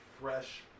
fresh